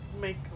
make